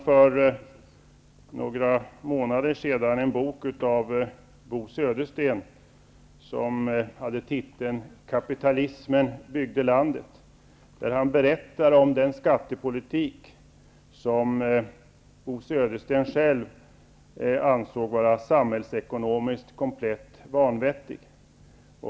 För några månader sedan läste jag en bok av Bo Södersten med titeln Kapitalismen byggde landet. Bo Södersten berättar i boken om den skattepolitik som han själv ansåg vara samhällsekonomiskt komplett vanvettig.